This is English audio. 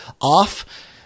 off –